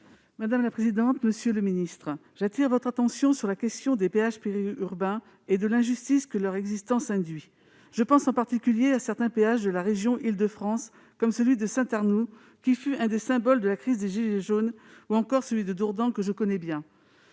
Jocelyne Guidez. Monsieur le ministre, j'attire votre attention sur la question des péages périurbains et de l'injustice que leur existence induit. Je pense en particulier à certains péages de la région Île-de-France, comme celui de Saint-Arnoult qui fut l'un des symboles de la crise des « gilets jaunes », ou encore celui de Dourdan que je connais bien.